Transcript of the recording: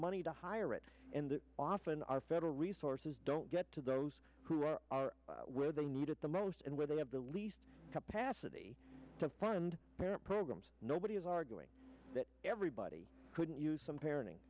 money to hire it and often our federal resources don't get to those who are where they need it the most and where they have the least capacity to fund parent programs nobody is arguing that everybody couldn't use some parenting